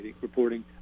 reporting